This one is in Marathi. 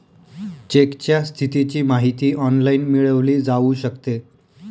चेकच्या स्थितीची माहिती ऑनलाइन मिळवली जाऊ शकते